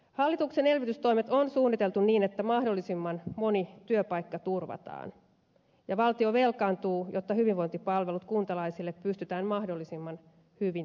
hallituksen elvytystoimet on suunniteltu niin että mahdollisimman moni työpaikka turvataan ja valtio velkaantuu jotta hyvinvointipalvelut kuntalaisille pystytään mahdollisimman hyvin turvaamaan